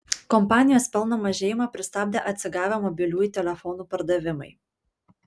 kompanijos pelno mažėjimą pristabdė atsigavę mobiliųjų telefonų pardavimai